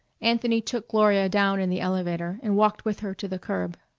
anthony took gloria down in the elevator and walked with her to the curb.